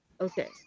okay